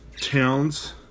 towns